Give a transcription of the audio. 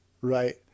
right